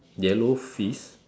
yellow fish